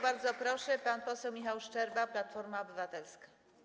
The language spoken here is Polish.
Bardzo proszę, pan poseł Michał Szczerba, Platforma Obywatelska.